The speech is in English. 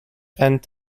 and